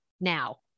Now